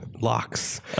locks